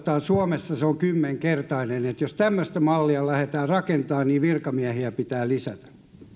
suomessa kymmenen kertaa vähemmän että jos tämmöistä mallia lähdetään rakentamaan niin virkamiehiä pitää lisätä